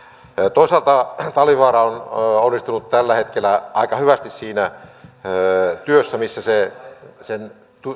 toisaalta talvivaara on onnistunut tällä hetkellä aika hyvästi siinä työssä missä sen